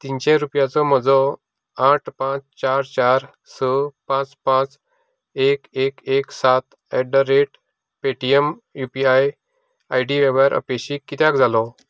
तीनशें रुपयांचो म्हजो आठ पांच चार चार स पांच पांच एक एक एक सात eight Paytm U P I I D वेव्हार अपेशी कित्याक जालो